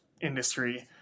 industry